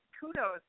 kudos